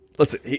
Listen